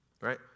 Right